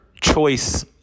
choice